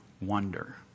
wonder